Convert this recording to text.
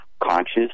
Conscious